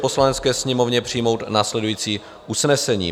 Poslanecké sněmovně přijmout následující usnesení: